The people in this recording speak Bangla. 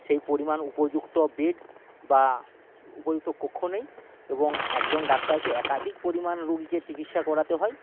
সেই পরিমাণ উপযুক্ত বেড বা উপযুক্ত কক্ষ নেই এবং একজন ডাক্তারকে একাধিক পরিমাণ রুগিকে চিকিৎসা করাতে হয়